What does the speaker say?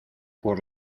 por